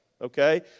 okay